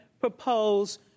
propose